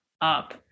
up